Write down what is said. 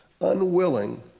unwilling